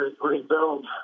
rebuild